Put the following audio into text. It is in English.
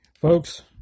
folks